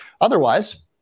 Otherwise